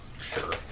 Sure